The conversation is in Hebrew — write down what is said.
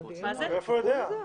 מאיפה הוא יודע?